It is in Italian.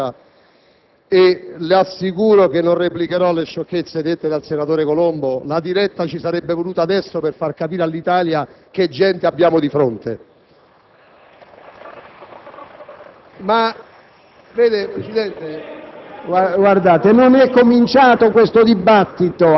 intervengo per un richiamo al Regolamento sulla questione posta dal collega Boccia e le assicuro che non replicherò alle sciocchezze dette dal senatore Colombo: la diretta televisiva ci sarebbe voluta adesso per far capire all'Italia che gente abbiamo di fronte!